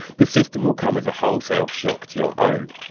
the system will come as a wholesale shock to your own.